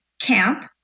CAMP